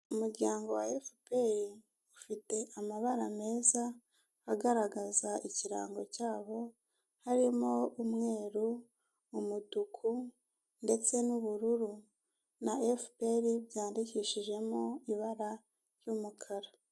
Umuryango wa efuperi ufite amabara meza agaragaza ikirango cyabo harimo umweru, umutuku ndetse n'ubururu na efuperi byandikishijemo ibara ry'umukara.